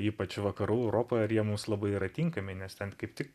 ypač vakarų europoj ar jie mums labai yra tinkami nes ten kaip tik